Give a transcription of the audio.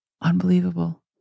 Unbelievable